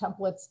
templates